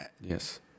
yes